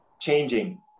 changing